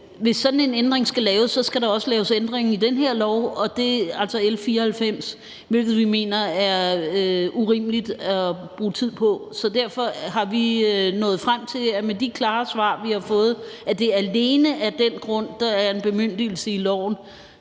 lave sådan en ændring, skal der også laves ændring i den her lov, altså L 94, hvilket vi mener er urimeligt at bruge tid på. Derfor er vi med de klare svar, vi har fået, om, at det alene er af den grund, at der er en bemyndigelse i